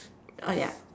uh ya